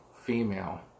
female